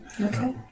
okay